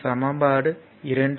சமன்பாடு 2